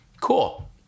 cool